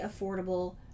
affordable